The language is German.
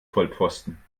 vollpfosten